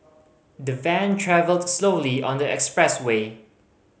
the van travelled slowly on the expressway